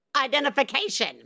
identification